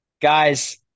Guys